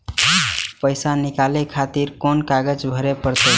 पैसा नीकाले खातिर कोन कागज भरे परतें?